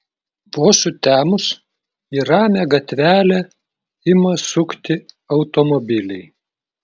vos sutemus į ramią gatvelę ima sukti automobiliai